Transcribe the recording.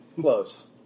Close